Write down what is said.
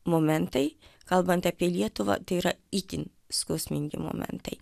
momentai kalbant apie lietuvą tai yra itin skausmingi momentai